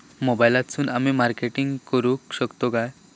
मोबाईलातसून आमी मार्केटिंग करूक शकतू काय?